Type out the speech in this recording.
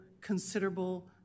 considerable